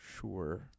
sure